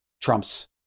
trumps